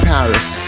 Paris